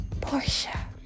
Portia